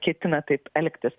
ketina taip elgtis